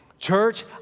Church